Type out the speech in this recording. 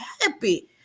happy